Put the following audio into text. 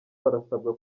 barasabwa